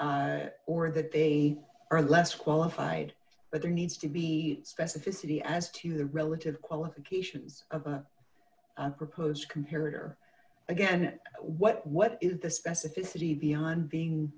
position or that they are less qualified but there needs to be specificity as to the relative qualifications of a proposed compared or again what what is the specificity beyond being